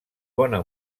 bona